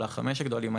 על חמישה הגדולים,